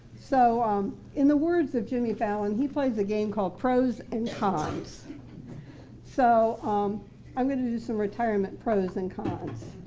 so um in the words of jimmy fallon he plays a game called pros and cons so i'm going to do some retirement pros and cons.